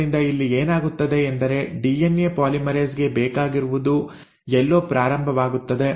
ಆದ್ದರಿಂದ ಇಲ್ಲಿ ಏನಾಗುತ್ತದೆ ಎಂದರೆ ಡಿಎನ್ಎ ಪಾಲಿಮರೇಸ್ ಗೆ ಬೇಕಾಗಿರುವುದು ಎಲ್ಲೋ ಪ್ರಾರಂಭವಾಗುತ್ತದೆ